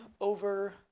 over